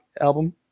album